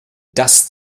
das